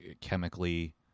chemically